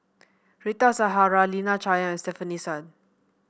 Rita Zahara Lina Chiam Stefanie Sun